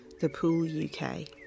thepooluk